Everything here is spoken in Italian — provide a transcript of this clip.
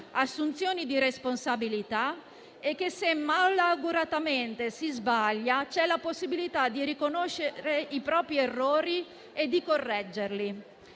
assunzioni di responsabilità e che, se malauguratamente si sbaglia, c'è la possibilità di riconoscere i propri errori e di correggerli.